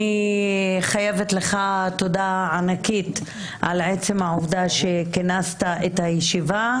אני חייבת לך תודה ענקית על עצם העובדה שכינסת את הישיבה,